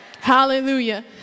Hallelujah